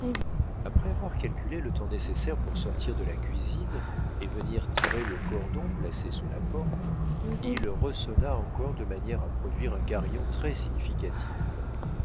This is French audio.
après avoir calculé le temps nécessaire pour sortir de la cuisine et venir tirer le cordon placé sous la porte il resonna encore de manière à produire un carillon très significatif